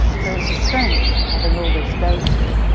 so it's a strength having all this data,